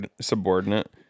subordinate